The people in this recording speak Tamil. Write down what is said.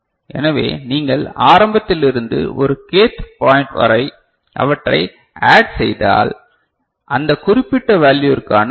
எனவே நீங்கள் ஆரம்பத்தில் இருந்து ஒரு k th பாய்ன்ட் வரை அவற்றைச் ஆட் செய்தாள் அந்த குறிப்பிட்ட வேல்யுவிர்கான ஐ